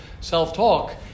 self-talk